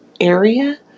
area